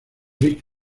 rick